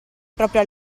proprio